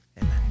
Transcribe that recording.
Amen